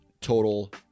total